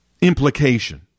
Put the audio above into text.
implication